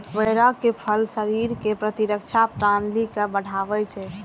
बेरक फल शरीरक प्रतिरक्षा प्रणाली के बढ़ाबै छै